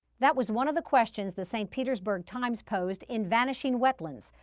that was one of the questions the st. petersburg times posed in vanishing wetlands,